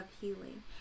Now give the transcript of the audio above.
healing